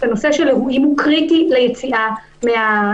שהנושא של אירועים הוא קריטי ליציאה מהסגר,